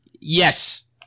Yes